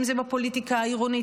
אם זה בפוליטיקה העירונית,